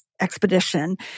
expedition